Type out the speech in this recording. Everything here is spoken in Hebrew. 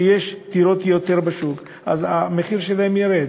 כשיהיו יותר דירות בשוק אז המחיר שלהן ירד.